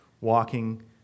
Walking